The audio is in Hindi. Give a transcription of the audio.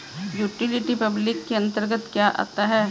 यूटिलिटी पब्लिक के अंतर्गत क्या आता है?